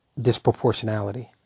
disproportionality